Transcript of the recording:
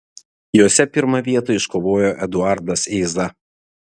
jose pirmą vietą iškovojo eduardas eiza